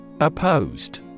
Opposed